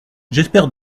j’espère